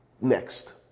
next